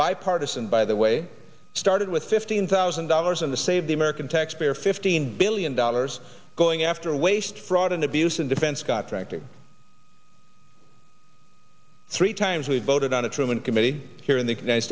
bipartisan by the way started with fifteen thousand dollars in the save the american taxpayer fifteen billion dollars going after waste fraud and abuse in defense contractors three times we voted on the truman committee here in the united